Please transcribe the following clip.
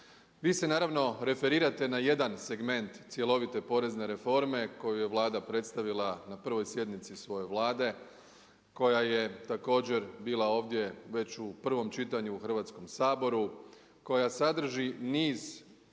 Vi se naravno referirate na jedan segment cjelovite porezne reforme koji je Vlada predstavila na 1. sjednici svoje Vlade, koja je također bila ovdje već u prvom čitanju u Hrvatskom saboru, koja sadrži niz